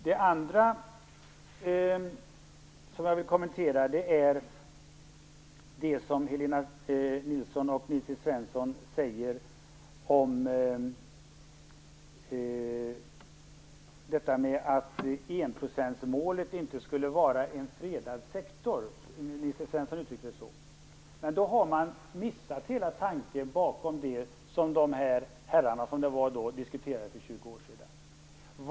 Det andra jag vill kommentera är det som Helena Nilsson och Nils T Svensson säger om att enprocentsmålet inte skulle vara en fredad sektor - Nils T Svensson uttryckte sig så. Men då har man missat hela tanken bakom det som dessa herrar diskuterade för 20 år sedan.